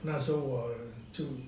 那时候我就